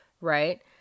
right